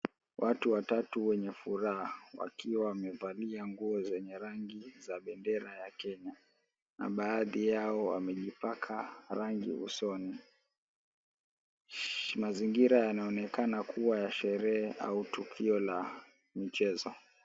Watu watatu wenye furaha wakiwa wamevalia nguo zenye rangi ya bendera ya Kenya, na baadhi yao wamejipaka rangi usoni. Mazingira yanaonekana kuwa ya sherehe au tukio la mchezo.